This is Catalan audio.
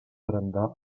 brandar